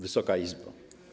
Wysoka Izbo!